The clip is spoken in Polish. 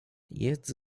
jest